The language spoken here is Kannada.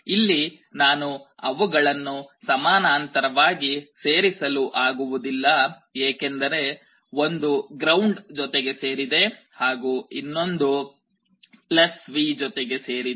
ಇಲ್ಲಿ ನಾನು ಅವುಗಳನ್ನು ಸಮಾನಾಂತರವಾಗಿ ಸೇರಿಸಲು ಆಗುವುದಿಲ್ಲ ಏಕೆಂದರೆ ಒಂದು ಗ್ರೌಂಡ್ ಜೊತೆಗೆ ಸೇರಿದೆ ಹಾಗೂ ಇನ್ನೊಂದು V ಜೊತೆಗೆ ಸೇರಿದೆ